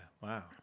wow